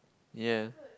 ya